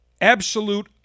Absolute